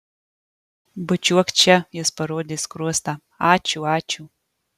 bučiuok čia jis parodė skruostą ačiū ačiū